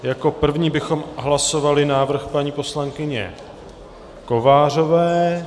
Jako první bychom hlasovali návrh paní poslankyně Kovářové.